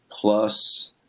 Plus